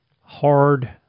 hard